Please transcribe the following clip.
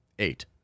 Eight